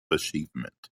achievement